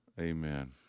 Amen